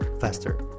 faster